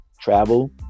travel